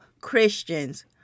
Christians